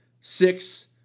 six